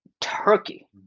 Turkey